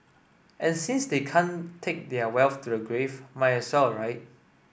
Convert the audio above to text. and since they can't take their wealth to the grave might a saw right